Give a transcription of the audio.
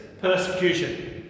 persecution